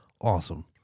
Awesome